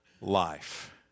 life